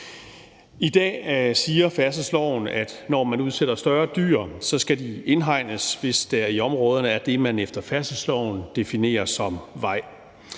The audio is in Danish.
I dag siger færdselsloven, at når man udsætter større dyr, skal de indhegnes, hvis der i områderne er det, man efter færdselsloven definerer som vej.